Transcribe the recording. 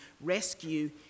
rescue